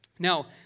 Now